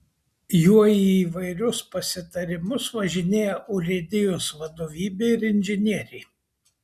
juo į įvairius pasitarimus važinėja urėdijos vadovybė ir inžinieriai